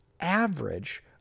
average